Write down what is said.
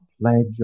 pledge